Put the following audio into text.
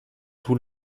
tous